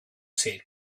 said